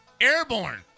airborne